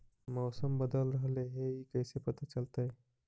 मौसम बदल रहले हे इ कैसे पता चलतै?